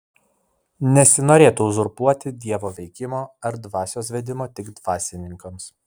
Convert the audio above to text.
nesinorėtų uzurpuoti dievo veikimo ar dvasios vedimo tik dvasininkams